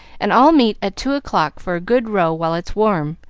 and all meet at two o'clock for a good row while it's warm.